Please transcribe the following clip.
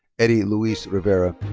eddie louis rivera.